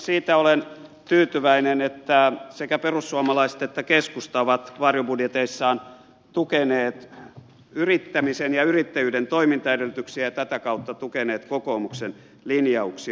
siitä olen tyytyväinen että sekä perussuomalaiset että keskusta ovat varjobudjeteissaan tukeneet yrittämisen ja yrittäjyyden toimintaedellytyksiä ja tätä kautta tukeneet kokoomuksen linjauksia